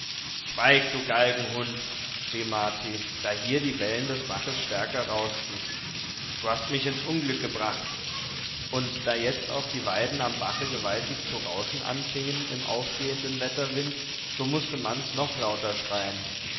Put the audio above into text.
schweig du galgenhund schrie marti da hier die wellen des baches stärker rauschten du hast mich ins unglück gebracht und da jetzt auch die weiden am bache gewaltig zu rauschen anfingen im aufgehenden wetterwind so mußte manz noch lauter schreien